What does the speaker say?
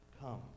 Come